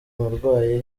arwaye